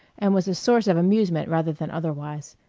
and was a source of amusement rather than otherwise.